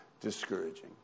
discouraging